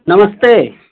नमस्ते